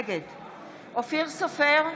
נגד אופיר סופר,